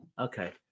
Okay